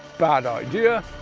bad idea.